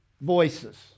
voices